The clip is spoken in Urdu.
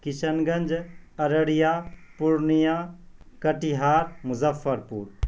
کشن گنج ارریہ پورنیہ کٹیہار مظفر پور